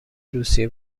روسیه